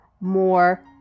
more